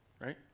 right